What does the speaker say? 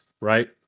right